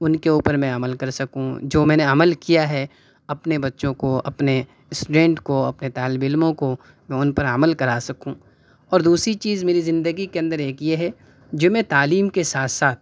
ان کے اوپر میں عمل کرسکوں جو میں نے عمل کیا ہے اپنے بچوں کو اپنے اسٹوڈینٹ کو اپنے طالب علموں کو میں ان پر عمل کرا سکوں اور دوسری چیز میری زندگی کے اندر ایک یہ ہے جو میں تعلیم کے ساتھ ساتھ